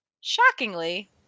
Shockingly